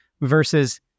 versus